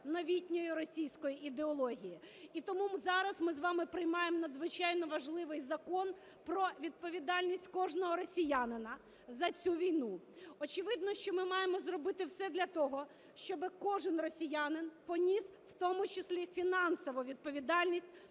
новітньої російської ідеології. І тому зараз ми з вами приймаємо надзвичайно важливий закон про відповідальність кожного росіянина за цю війну. Очевидно, що ми маємо зробити все для того, щоб кожний росіянин поніс в тому числі фінансову відповідальність